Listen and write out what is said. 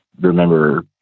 remember